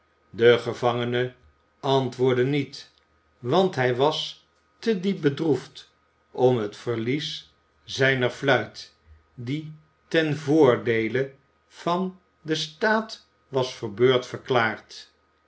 de gevangene antwoordde niet want hij was te diep bedroefd om het verlies zijner fluit die ten voordeele van den staat was verbeurd verklaard